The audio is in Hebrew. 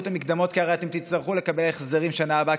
כי הרי אתם תצטרכו לקבל החזרים בשנה הבאה,